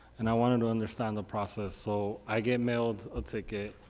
and i wanted to understand the process. so i get mailed a ticket,